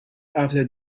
after